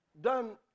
done